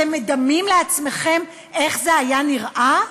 אתם מדמים לעצמכם איך זה היה נראה?